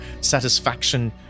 satisfaction